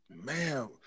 man